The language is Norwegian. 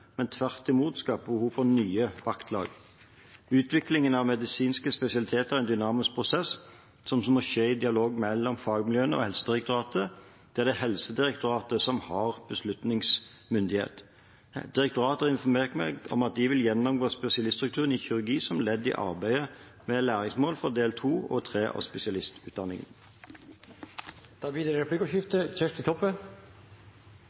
men tvert imot skaper behov for nye vaktlag. Utviklingen av medisinske spesialiteter er en dynamisk prosess som må skje i dialog mellom fagmiljøene og Helsedirektoratet, der det er Helsedirektoratet som har beslutningsmyndighet. Direktoratet har informert meg om at de vil gjennomgå spesialiststrukturen i kirurgi som ledd i arbeidet med læringsmål for del 2 og del 3 av